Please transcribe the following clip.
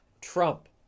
Trump